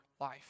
life